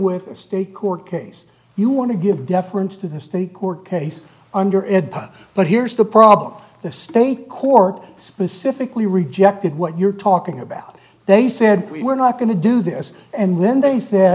with a state court case you want to give deference to the state court case under it but here's the problem the state court specifically rejected what you're talking about they said we're not going to do this and then they